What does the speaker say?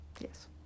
yes